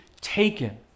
taken